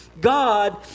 God